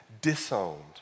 disowned